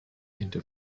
into